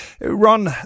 Ron